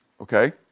Okay